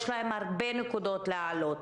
יש להם הרבה נקודות להעלות,